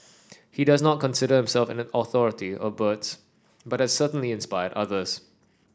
he does not consider himself an authority a birds but certainly inspired others